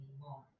more